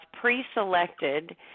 pre-selected